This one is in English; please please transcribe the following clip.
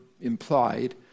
implied